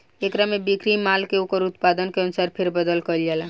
एकरा में बिक्री माल के ओकर उत्पादन के अनुसार फेर बदल कईल जाला